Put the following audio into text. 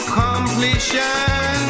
completion